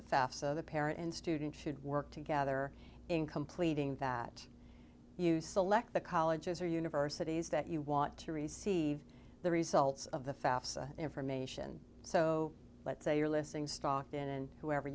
the fafsa the parent and student should work together in completing that you select the colleges or universities that you want to receive the results of the fafsa information so let's say you're listening stockton and whoever